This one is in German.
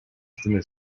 stimme